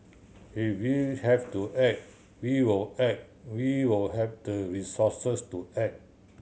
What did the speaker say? if we have to act we will act we will have the resources to act